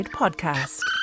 podcast